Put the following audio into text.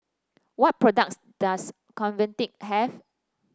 what products does Convatec have